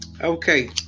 Okay